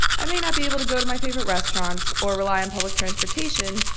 i may not be able to go to my favorite restaurants or rely on public transportation,